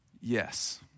yes